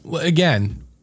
again